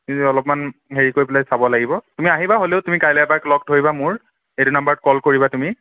তুমি অলপমান হেৰি কৰি পেলাই চাব লাগিব তুমি আহিবা হ'লেও তুমি কাইলৈ এপাক লগ ধৰিবা মোক এইটো নাম্বাৰত কল কৰিবা তুমি